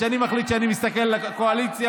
כשאני מחליט שאני מסתכל על הקואליציה,